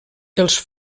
els